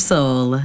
Soul